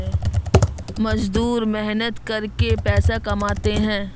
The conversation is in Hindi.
मजदूर मेहनत करके पैसा कमाते है